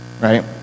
right